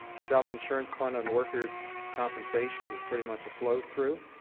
self-insurance fund on the workers compensation is pretty much a flow through.